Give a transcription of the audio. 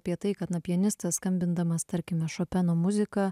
apie tai kad na pianistas skambindamas tarkime šopeno muzika